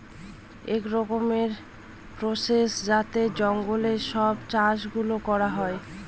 এক রকমের প্রসেস যাতে জঙ্গলে সব চাষ গুলো করা হয়